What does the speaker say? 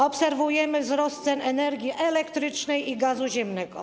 Obserwujemy wzrost cen energii elektrycznej i gazu ziemnego.